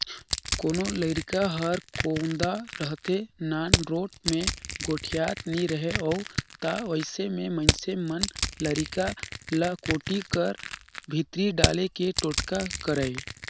कोनो लरिका हर कोदा रहथे, नानरोट मे गोठियात नी रहें उ ता अइसे मे मइनसे मन लरिका ल कोठी कर भीतरी डाले के टोटका करय